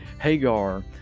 Hagar